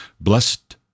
Blessed